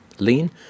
lean